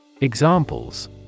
Examples